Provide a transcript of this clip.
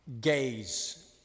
Gaze